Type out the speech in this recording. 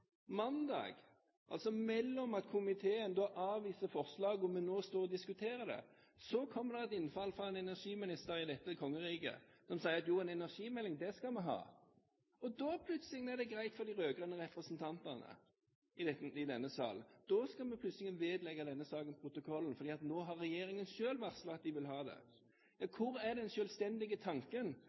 mandag – altså etter at komiteen har avvist forslaget vi nå står og diskuterer, kommer det et innfall fra en energiminister i dette kongeriket om at jo, en energimelding, det skal vi ha! Da er det plutselig greit for de rød-grønne representantene i denne salen. Da skal dette forslaget plutselig vedlegges protokollen, for nå har regjeringen selv varslet at den vil ha det. Hvor er den selvstendige tanken